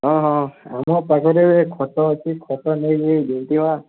ହଁ ହଁ ମୋ ପାଖରେ ଖଟ ଅଛି ଖଟ ନେଇକି ଦେଇଦେବା